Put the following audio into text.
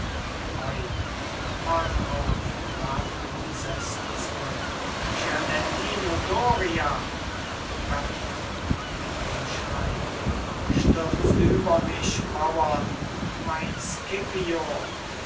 beide fahren auf werfen die sessel zurück gianettino doria berta mit einem schrei stürzt über mich mauern mein scipio